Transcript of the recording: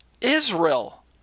israel